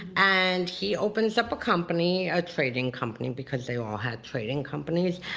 and he opens up a company, a trading company, because they all had trading companies.